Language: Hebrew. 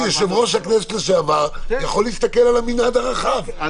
הוא כיושב-ראש הכנסת יכול להסתכל על המנעד הרחב,